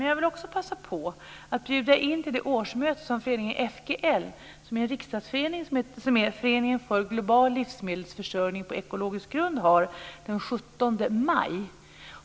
Jag vill också passa på att bjuda in till det årsmöte som föreningen FGL - en riksdagsförening som heter Föreningen för global livsmedelsförsörjning på ekologisk grund - har den 17 maj.